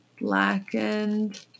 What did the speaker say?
Blackened